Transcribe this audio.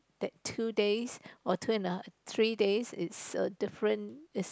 that two days or two and a three days is a different